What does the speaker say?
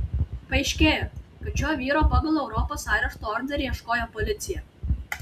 paaiškėjo kad šio vyro pagal europos arešto orderį ieškojo policija